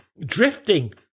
drifting